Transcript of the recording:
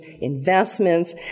investments